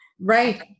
right